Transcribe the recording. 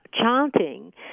chanting